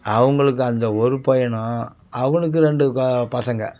அவங்களுக்கு அந்த ஒரு பையனும் அவனுக்கு ரெண்டு பசங்கள்